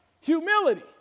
Humility